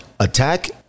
Attack